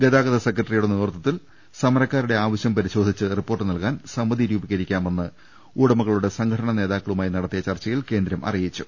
ഗതാഗത സെക്രട്ടറിയുടെ നേതൃത്വത്തിൽ സമരക്കാരുടെ ആവശൃം പരിശോധിച്ച് റിപ്പോർട്ട് നൽകാൻ സമിതി രൂപീകരിക്കാമെന്ന് ഉടമകളുടെ സംഘടനാ നേതാ ക്കളുമായി നടത്തിയ ചർച്ചയിൽ കേന്ദ്രം അറിയിച്ചു